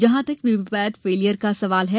जहां तक VVPAT failure का सवाल है